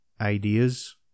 ideas